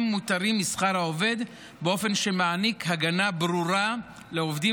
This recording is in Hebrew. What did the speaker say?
מותרים משכר העובד באופן שמעניק הגנה ברורה לעובדים